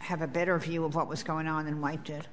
have a better view of what was going on and why did